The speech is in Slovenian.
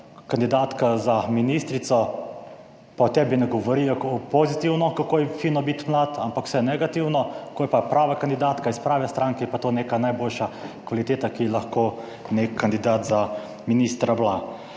kandidatka za ministrico pa o tebi ne govorijo o pozitivno, kako je fino biti mlad, ampak vse negativno. Ko je pa prava kandidatka iz prave stranke, je pa to neka najboljša kvaliteta, ki je lahko nek kandidat za ministra bila.